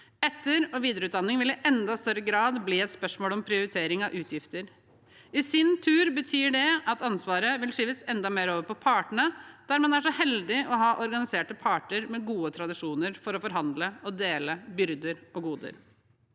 Etter- og videreutdanning vil i enda større grad bli et spørsmål om prioritering av utgifter. I sin tur betyr det at ansvaret vil skyves enda mer over på partene, der man er så heldig å ha organiserte parter med gode tradisjoner for å forhandle og dele byrder og goder.